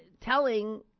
telling